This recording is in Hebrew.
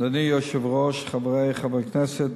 אדוני היושב-ראש, חברי חברי הכנסת,